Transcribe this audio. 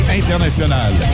international